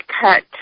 cut